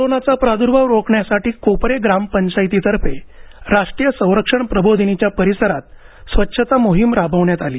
कोरोनाचा प्रादुर्भाव रोख्यासाठी कोपरे ग्रामपंचायतीतर्फे राष्ट्रीय संरक्षण प्रबोधिनीच्या परिसरात स्वच्छता मोहीम राबवण्यात आली